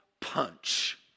punch